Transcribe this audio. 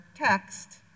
text